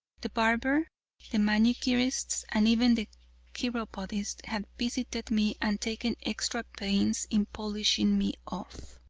the barber the manicurists, and even the chiropodist had visited me and taken extra pains in polishing me off.